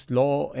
law